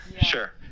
sure